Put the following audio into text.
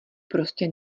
prostě